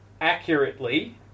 accurately